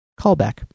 callback